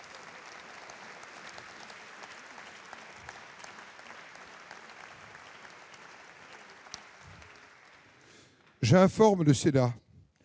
J'informe le Sénat